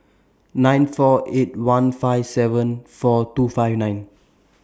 nine four eight one five seven four two five nine